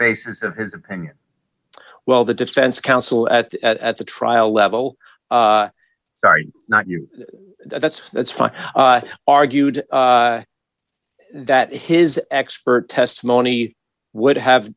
basis of his opinion well the defense counsel at at the trial level sorry not you that's that's fine argued that his expert testimony would have